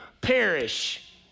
perish